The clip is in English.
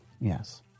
yes